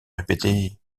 répéter